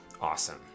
Awesome